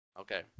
Okay